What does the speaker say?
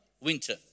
winter